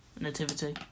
Nativity